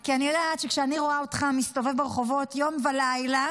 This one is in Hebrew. כי אני יודעת שכשאני רואה אותך מסתובב ברחובות יום ולילה,